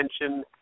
attention